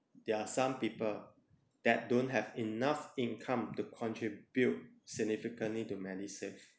there are some people that don't have enough income to contribute significantly to medisave